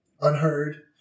unheard